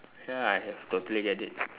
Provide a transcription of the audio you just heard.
ya I have totally get it